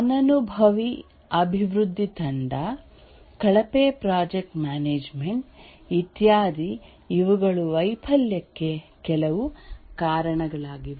ಅನನುಭವಿ ಅಭಿವೃದ್ಧಿ ತಂಡ ಕಳಪೆ ಪ್ರಾಜೆಕ್ಟ್ ಮ್ಯಾನೇಜ್ಮೆಂಟ್ ಇತ್ಯಾದಿ ಇವುಗಳು ವೈಫಲ್ಯಕ್ಕೆ ಕೆಲವು ಕಾರಣಗಳಾಗಿವೆ